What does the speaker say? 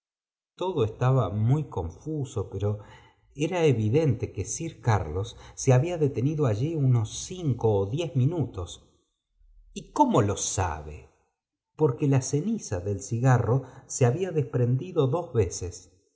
todo estaba muy confuso pero era evidente que sif carlos se había detenido allí unos cinco o diez minutos c cómp lo sabe porque la ceniza del cigarro se había desprcnli dido dos veces